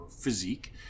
physique